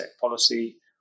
policy